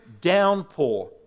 downpour